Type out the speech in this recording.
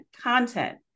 content